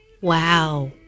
Wow